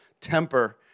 temper